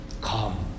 come